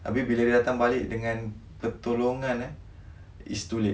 abeh bila dia datang balik dengan pertolongan eh it's too late